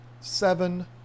seven